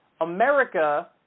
America